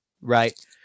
right